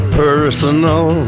personal